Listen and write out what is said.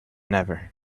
never